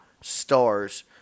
stars